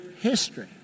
history